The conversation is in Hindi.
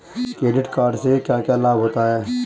क्रेडिट कार्ड से क्या क्या लाभ होता है?